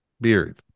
Beard